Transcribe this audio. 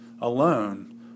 alone